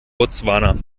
botswana